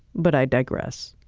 but i digress.